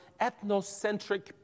ethnocentric